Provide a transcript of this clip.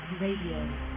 Radio